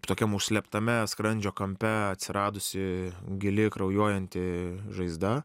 tokiam užslėptame skrandžio kampe atsiradusi gili kraujuojanti žaizda